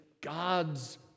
God's